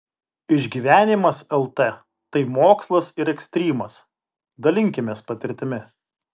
išgyvenimas lt tai mokslas ir ekstrymas dalinkimės patirtimi